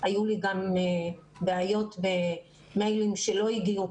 היו לי גם בעיות במיילים שלא הגיעו,